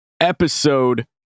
episode